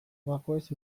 gakoez